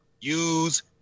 use